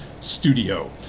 studio